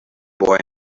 boy